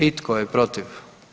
I tko je protiv?